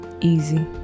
easy